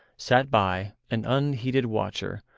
sat by, an unheeded watcher,